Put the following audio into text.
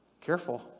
Careful